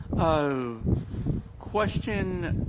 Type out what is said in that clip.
a question,